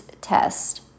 test